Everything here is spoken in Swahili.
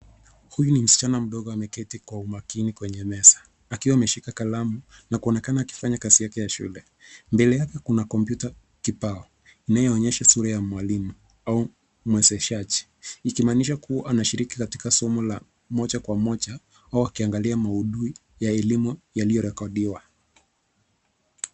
Huyu ni msichana mdogo ameketi kwa umakini kwenye meza, akiwa ameshika kalamu na kuonekana akifanya kazi yake ya shule. Mbele yake kuna kompyuta kibao inayonyesha sura ya mwalimu au mwezeshaji. Ikimaanisha kuwa anashiri katika somo la moja kwa moja au akiangalia maudhui ya elimu yaliyorekodiwa.